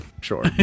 Sure